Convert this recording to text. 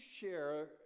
share